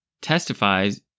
testifies